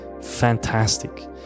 fantastic